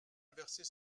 inverser